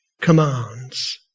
commands